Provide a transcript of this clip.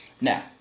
Now